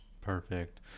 Perfect